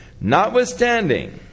Notwithstanding